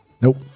Nope